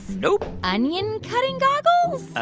nope onion-cutting goggles?